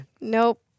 Nope